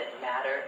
matter